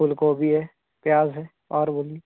फूल गोभी है प्याज़ है और बोलिए